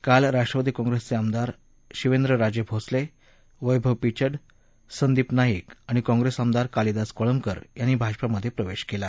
काल राष्ट्रवादी काँप्रेसचे आमदार शिवेंद्रराजे भोसले वैभव पिचड संदिप नाईक आणि काँप्रेस आमदार कालिदास कोळंबकर यांनी भाजपामधे प्रवेश केला